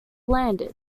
landed